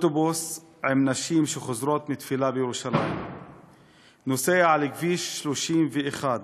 אוטובוס עם נשים שחוזרות מתפילה בירושלים נוסע על כביש 31,